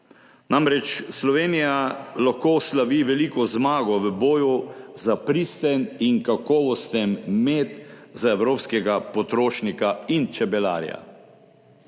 namreč Slovenija lahko slavi veliko zmago v boju za pristen in kakovosten med za evropskega potrošnika in čebelarja.